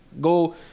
Go